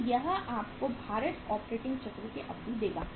तो यह आपको भारित ऑपरेटिंग चक्र की अवधि देगा